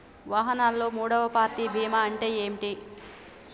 వాహనాల్లో మూడవ పార్టీ బీమా అంటే ఏంటి?